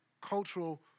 cultural